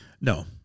No